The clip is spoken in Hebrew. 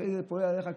אחר כך זה יפעל כבומרנג.